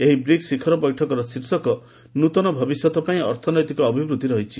ଏହି ବ୍ରିକ୍ସ ଶିଖର ବୈଠକର ଶୀର୍ଷକ 'ନୃତନ ଭବିଷ୍ୟତ ପାଇଁ ଅର୍ଥନୈତିକ ଅଭିବୃଦ୍ଧି' ରହିଛି